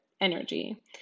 energy